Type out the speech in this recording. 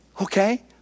Okay